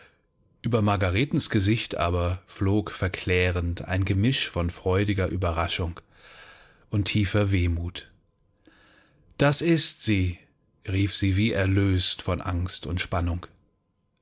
über margaretens gesicht aber flog verklärend ein gemisch von freudiger ueberraschung und tiefer wehmut da ist sie rief sie wie erlöst von angst und spannung